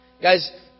Guys